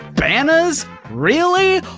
banas, really?